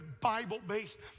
Bible-based